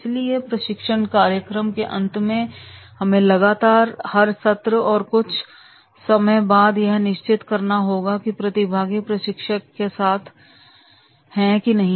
इसलिए प्रशिक्षण कार्यक्रम के अंत में हमें लगातार हर सत्र और कुछ समय बाद यह निश्चित करना होगा की प्रतिभागी प्रशिक्षक के साथ हैं कि नहीं